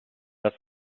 das